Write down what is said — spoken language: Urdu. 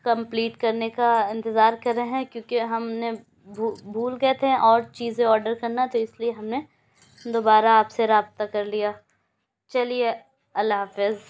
کمپلیٹ کرنے کا انتظار کر رہے ہیں کیوںکہ ہم نے بھول گئے تھے اور چیزیں آڈر کرنا تو اس لیے ہم نے دوبارہ آپ سے رابطہ کر لیا چلیے اللہ حافظ